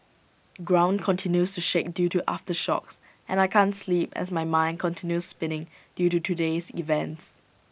ground continues to shake due to aftershocks and I can't sleep as my mind continue spinning due to today's events